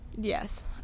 yes